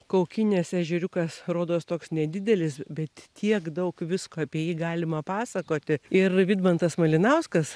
kaukinės ežeriukas rodos toks nedidelis bet tiek daug visko apie jį galima pasakoti ir vidmantas malinauskas